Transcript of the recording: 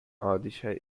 odisha